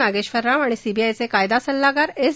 नागेश्वरराव आणि सीबीआयचे कायदा सल्लागार एस